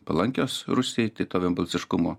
palankios rusijai tai to vienbalsiškumo